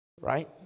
Right